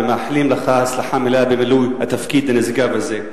ואנו מאחלים לך הצלחה מלאה במילוי התפקיד הנשגב הזה.